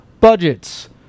budgets